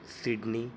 Sydney